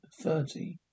thirty